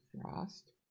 Frost